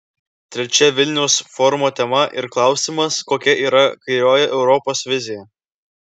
trečia vilniaus forumo tema ir klausimas kokia yra kairioji europos vizija